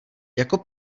jako